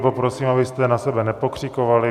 Poprosím, abyste na sebe nepokřikovali.